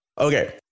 Okay